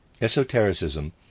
Esotericism